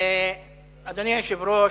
אדוני היושב-ראש,